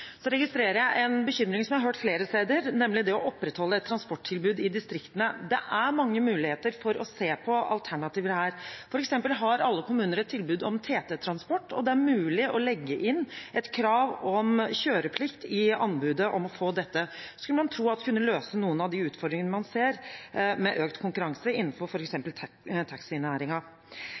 distriktene. Det er mange muligheter for å se på alternativer her, f.eks. har alle kommuner et tilbud om TT-transport, og det er mulig å legge inn et krav om kjøreplikt i anbudet om å få dette. Det skulle man tro at kunne løse noen av de utfordringene man ser med økt konkurranse innenfor